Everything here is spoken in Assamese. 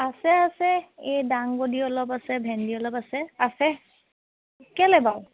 আছে আছে এই দাংবডি অলপ আছে ভেন্দি অলপ আছে কেলৈ বাৰু